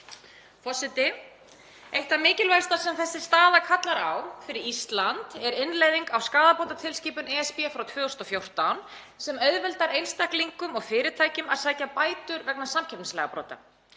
Forseti. Eitt það mikilvægasta sem þessi staða kallar á fyrir Ísland er innleiðing á skaðabótatilskipun ESB frá 2014 sem auðveldar einstaklingum og fyrirtækjum að sækja bætur vegna samkeppnislagabrota.